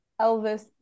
Elvis